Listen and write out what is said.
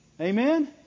Amen